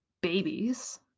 babies